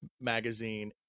magazine